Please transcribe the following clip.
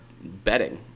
betting